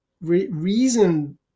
reason